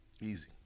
Easy